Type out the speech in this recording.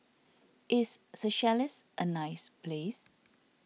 is Seychelles a nice place